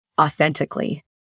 authentically